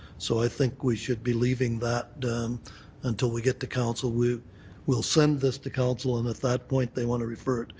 so i think we should be leaving that until we get to council. we'll we'll send this to council and at that point if they want to refer it,